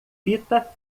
fita